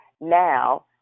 now